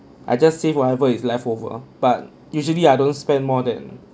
I just save whatever is leftover but usually I don't spend more than